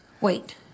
wait